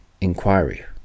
inquiry